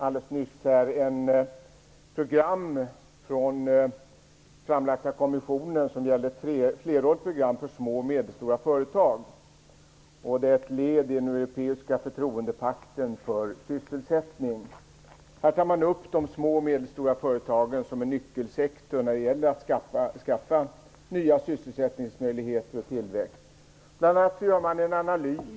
Alldeles nyss fick jag på mitt bord ett flerårigt program för små och medelstora företag, vilket framlagts av kommissionen. Det är ett led i den europeiska förtroendepakten för sysselsättning. Här tas de små och medelstora företagen upp som en nyckelsektor när det gäller att skaffa nya sysselsättningsmöjligheter och tillväxt. Bl.a. görs en analys.